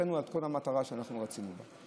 והחטאנו את כל המטרה שרצינו בה.